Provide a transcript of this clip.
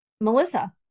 Melissa